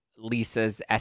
Lisa's